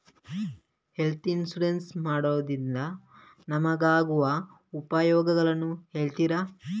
Health insurance ಮಾಡೋದ್ರಿಂದ ನಮಗಾಗುವ ಉಪಯೋಗವನ್ನು ಹೇಳ್ತೀರಾ?